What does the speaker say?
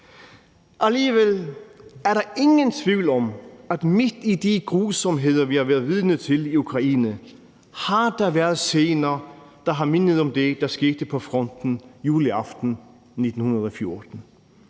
Alligevel er der ingen tvivl om, at midt i de grusomheder, vi har været vidner til i Ukraine, har det været scener, der har mindet om det, der skete på fronten juleaften 1914.